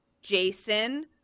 Jason